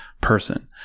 person